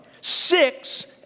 Six